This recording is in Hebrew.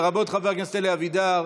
לרבות חבר הכנסת אלי אבידר,